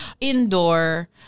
Indoor